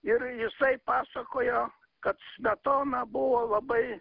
ir jisai pasakojo kad smetona buvo labai